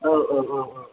औ औ औ औ